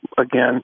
again